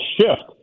shift